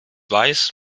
weiß